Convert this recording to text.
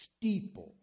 steeple